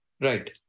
Right